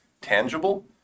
tangible